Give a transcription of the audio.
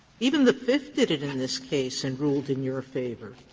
even the fifth did it in this case and ruled in your favor.